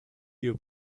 you